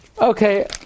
Okay